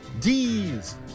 D's